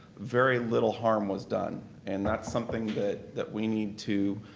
very little harm was done and that's something that that we need to